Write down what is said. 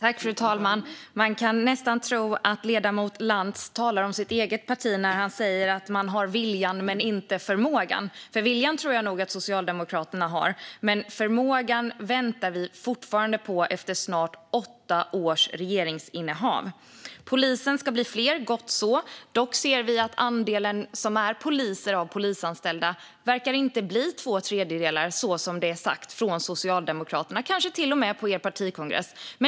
Fru talman! Man kan nästan tro att ledamoten Lantz talar om sitt eget parti när han säger att viljan finns men inte förmågan. Viljan tror jag att Socialdemokraterna har, men vi väntar fortfarande på förmågan efter snart åtta års regeringsinnehav. Poliserna ska bli fler - gott så. Dock ser vi att andelen poliser bland de polisanställda inte verkar bli två tredjedelar, så som det är sagt från Socialdemokraterna - kanske till och med på er partikongress.